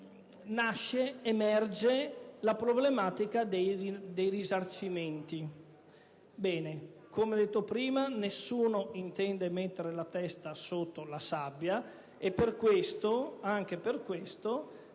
emerge la problematica dei risarcimenti. Come detto prima, nessuno intende mettere la testa sotto la sabbia e per questo